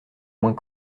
moins